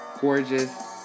gorgeous